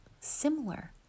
similar